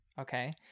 okay